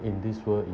in this world i~